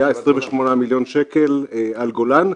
היה 28 מיליון שקל על גולן.